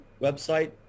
website